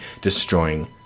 destroying